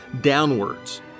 downwards